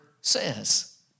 says